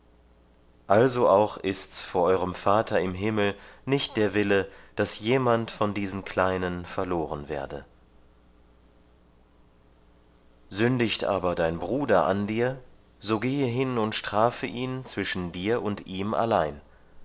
also auch ist's vor eurem vater im himmel nicht der wille daß jemand von diesen kleinen verloren werde sündigt aber dein bruder an dir so gehe hin und strafe ihn zwischen dir und ihm allein